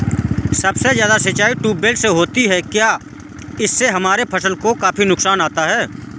सबसे ज्यादा सिंचाई ट्यूबवेल से होती है क्या इससे हमारे फसल में काफी नुकसान आता है?